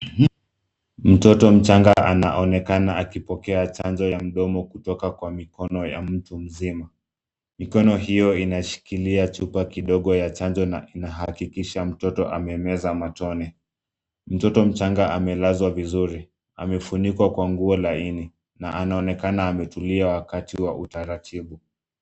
Mtoto mchanga anaonekana akipokea chanjo ya mdomo kutoka kwa mikono ya mtu mzima. Mikono hiyo inashikilia chupa kidogo ya chanjo na inahakikisha mtoto amemeza matone. Mtoto mchanga amelazwa vizuri. Amefunikwa kwa nguo laini na anaonekana ametulia wakati wa utaratibu